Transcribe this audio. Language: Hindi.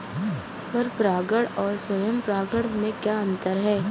पर परागण और स्वयं परागण में क्या अंतर है?